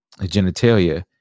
genitalia